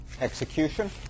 execution